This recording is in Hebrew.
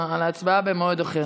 ההצבעה תהיה במועד אחר.